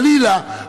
חלילה,